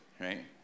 right